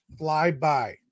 flyby